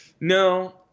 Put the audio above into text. no